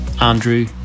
Andrew